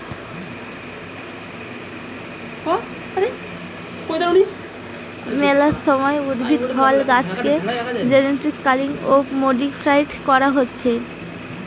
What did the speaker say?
মেলা সময় উদ্ভিদ, ফসল, গাছেকে জেনেটিক্যালি মডিফাইড করা হতিছে